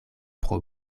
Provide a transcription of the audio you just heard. pro